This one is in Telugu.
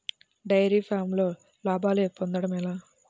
డైరి ఫామ్లో లాభాలు పొందడం ఎలా?